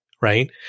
right